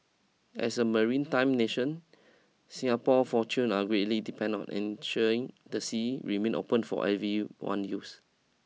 as a marine time nation Singapore fortune are greatly depend on ensuring the sea remain open for everyone use